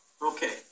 Okay